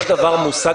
יש מושג